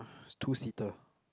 two seater